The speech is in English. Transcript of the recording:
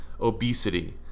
Obesity